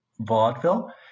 vaudeville